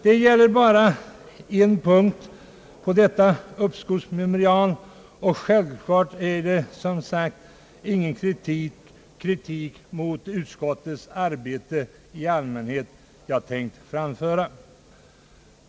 Det gäller bara en punkt i detta uppskovysmemorial, och självklart är det som sagt ingen kritik mot utskottets arbete i allmänhet som jag tänkt framföra.